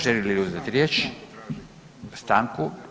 Želi li uzeti riječ? [[Upadica: Stanku, stanku traži]] Stanku?